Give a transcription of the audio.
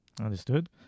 Understood